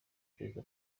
perezida